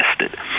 tested